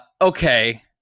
Okay